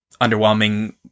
underwhelming